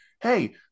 hey